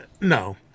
No